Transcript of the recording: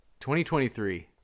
2023